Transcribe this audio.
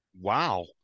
wow